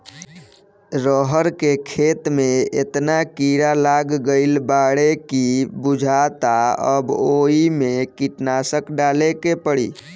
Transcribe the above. रहर के खेते में एतना कीड़ा लाग गईल बाडे की बुझाता अब ओइमे कीटनाशक डाले के पड़ी